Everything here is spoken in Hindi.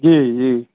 जी जी